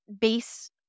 base